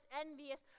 envious